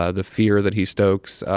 ah the fear that he stokes.